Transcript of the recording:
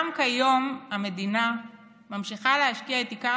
גם כיום המדינה ממשיכה להשקיע את עיקר